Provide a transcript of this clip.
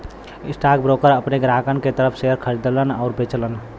stockbroker अपने ग्राहकन के तरफ शेयर खरीदलन आउर बेचलन